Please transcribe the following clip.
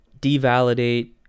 devalidate